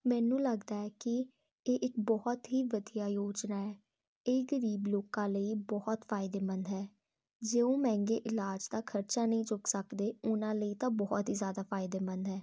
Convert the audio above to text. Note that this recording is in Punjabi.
ਮੈਨੂੰ ਲੱਗਦਾ ਹੈ ਕਿ ਇਹ ਇੱਕ ਬਹੁਤ ਹੀ ਵਧੀਆ ਯੋਜਨਾ ਹੈ ਇਹ ਗਰੀਬ ਲੋਕਾਂ ਲਈ ਬਹੁਤ ਫਾਇਦੇਮੰਦ ਹੈ ਜਿਉਂ ਮਹਿੰਗੇ ਇਲਾਜ ਦਾ ਖਰਚਾ ਨਹੀਂ ਚੁੱਕ ਸਕਦੇ ਉਹਨਾਂ ਲਈ ਤਾਂ ਬਹੁਤ ਹੀ ਜ਼ਿਆਦਾ ਫਾਇਦੇਮੰਦ ਹੈ